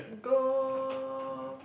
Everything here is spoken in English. go